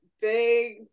big